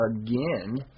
again